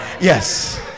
Yes